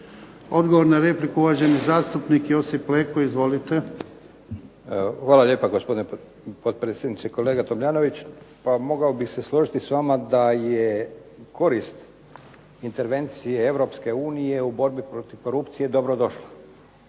Odgovor na repliku, uvaženi zastupnik Josip Leko. Izvolite. **Leko, Josip (SDP)** Hvala lijepa gospodine potpredsjedniče. Kolega Tomljanović, pa mogao bih se složiti s vama da je korist intervencije Europske unije u borbi protiv korupcije dobrodošla,